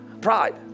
pride